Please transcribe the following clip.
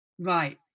Right